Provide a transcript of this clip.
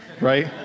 right